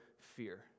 fear